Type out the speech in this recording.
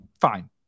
Fine